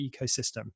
ecosystem